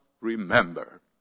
remember